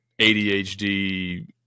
ADHD